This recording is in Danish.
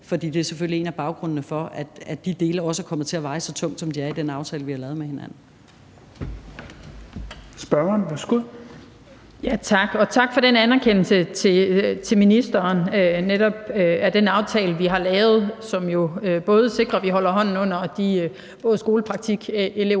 for det er selvfølgelig en af grundene til, at de dele også er kommet til at så veje tungt, som de er, i den aftale, vi har lavet med hinanden.